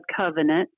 covenant